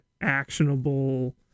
actionable